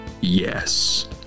yes